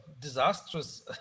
disastrous